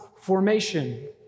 formation